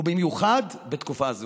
ובמיוחד בתקופה זו,